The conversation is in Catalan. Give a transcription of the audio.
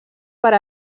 per